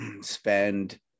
spend